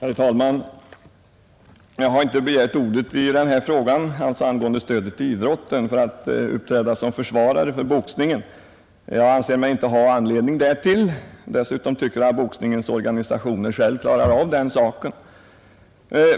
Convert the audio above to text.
Herr talman! Jag har inte begärt ordet i denna fråga — angående stödet till idrotten — för att uppträda som försvarare av boxningen. Jag anser mig inte ha anledning därtill. Dessutom tycker jag att boxningens organisationer själva klarar av den saken.